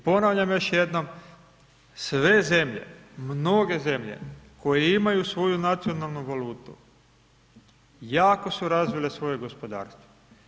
I ponavljam još jednom, sve zemlje, mnoge zemlje koje imaju svoju nacionalnu valutu, jako su razvile svoje gospodarstvo.